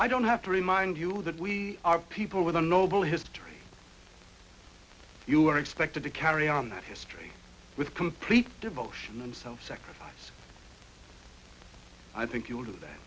i don't have to remind you that we are people with a noble history you are expected to carry on that history with complete devotion themselves i think you will do that